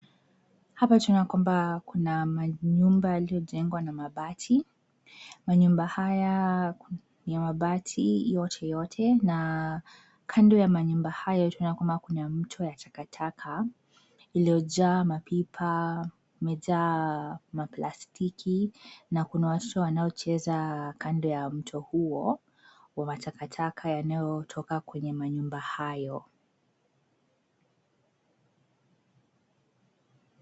Hapa tunaona kwamba kuna manyumba yaliyojengwa kwa mabati. Manyumba haya ya mabati yote yote na kando ya manyumba hayo tunaona kwamba kuna mto wa takataka iliyojaa mapipa imejaa maplastiki na kuna watoto wananocheza kando ya mto huo wa matakataka yanayotoka kwenye manyumba hayo.